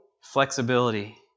Flexibility